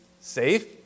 safe